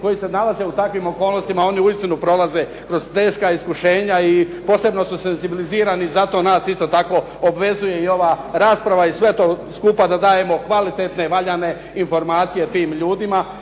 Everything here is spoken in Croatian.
koji se nalaze u takvim okolnostima oni uistinu prolaze kroz teška iskušenja i posebno su senzibilizirani. Zato nas isto tako obvezuje i ova rasprava i sve to skupa da dajemo kvalitetne, valjane informacije tim ljudima.